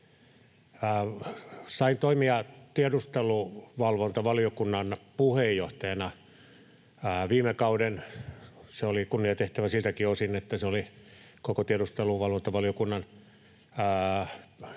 Sain toimia tiedusteluvalvontavaliokunnan puheenjohtajana viime kauden. Se oli kunniatehtävä siltäkin osin, että se oli koko tiedusteluvalvontavaliokunnan ensimmäinen